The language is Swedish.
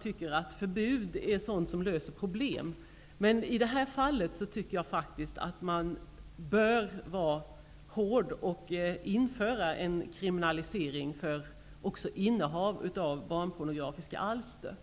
tycker inte att förbud i första hand löser problem, men i det här fallet tycker jag faktiskt att man bör vara hård och införa en kriminalisering även för innehav av barnpornografiska alster.